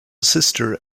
sister